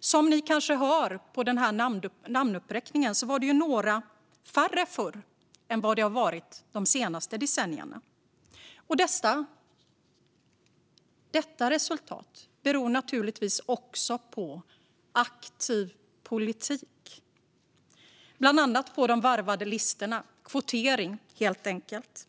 Som ni kanske hörde i namnuppräkningen var det några kvinnor färre förr än vad det har varit de senaste decennierna. Detta resultat beror naturligtvis också på aktiv politik, bland annat de varvade listorna, kvotering helt enkelt.